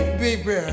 baby